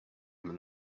been